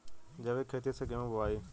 जैविक खेती से गेहूँ बोवाई